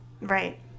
right